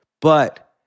But-